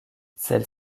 celle